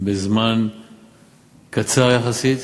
בזמן קצר יחסית,